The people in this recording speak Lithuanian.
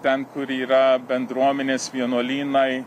ten kur yra bendruomenės vienuolynai